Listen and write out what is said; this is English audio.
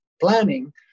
planning